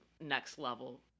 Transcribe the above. next-level